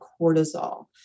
cortisol